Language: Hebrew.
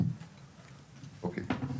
אוקיי.